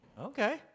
Okay